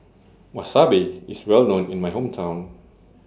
Wasabi IS Well known in My Hometown